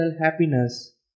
happiness